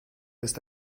ist